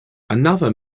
another